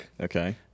Okay